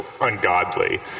ungodly